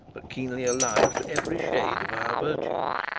but keenly alive to every shade of our virtues.